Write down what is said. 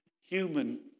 human